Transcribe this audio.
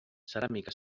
ceràmica